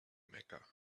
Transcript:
mecca